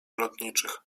lotniczych